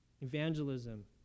Evangelism